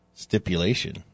stipulation